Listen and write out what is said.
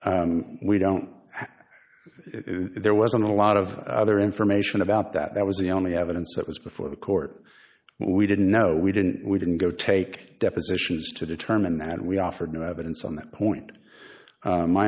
rent we don't there wasn't a lot of other information about that was the only evidence that was before the court we didn't know we didn't we didn't go take depositions to determine that and we offered no evidence on that point